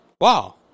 Wow